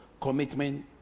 commitment